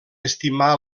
estimar